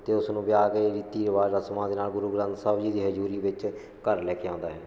ਅਤੇ ਉਸਨੂੰ ਵਿਆਹ ਕੇ ਰੀਤੀ ਰਿਵਾਜ਼ ਰਸਮਾ ਦੇ ਨਾਲ ਗੁਰੂ ਗ੍ਰੰਥ ਸਾਹਿਬ ਜੀ ਦੀ ਹਜ਼ੂਰੀ ਵਿੱਚ ਘਰ ਲੈ ਕੇ ਆਉਂਦਾ ਹੈ